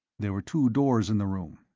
there were two doors in the room.